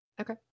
Okay